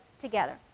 together